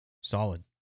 solid